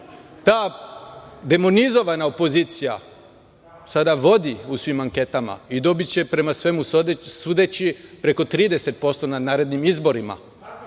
Ta demonizovana opozicija sada vodi u svim anketama i dobiće, prema svemu sudeći, preko 30% na narednim izborima,